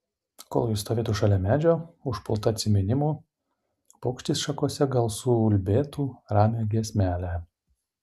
kol ji stovėtų šalia medžio užpulta atsiminimų paukštis šakose gal suulbėtų ramią giesmelę